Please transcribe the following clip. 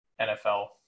NFL